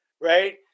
right